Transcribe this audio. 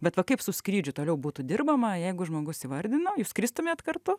bet va kaip su skrydžiu toliau būtų dirbama jeigu žmogus įvardino jūs skristumėt kartu